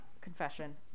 confession